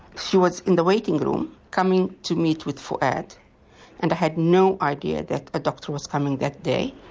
she was in the waiting room coming to meet with fouad and i had no idea that a doctor was coming that day.